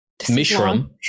mishram